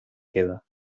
queda